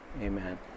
Amen